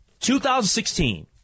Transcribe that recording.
2016